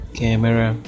camera